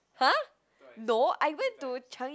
[huh] no I went to Changi